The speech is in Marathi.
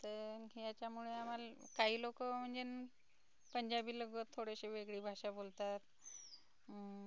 तर याच्यामुळे आम्हाला काही लोकं म्हणजे पंजाबी लगवत थोडीशी वेगळी भाषा बोलतात